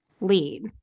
lead